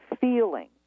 feeling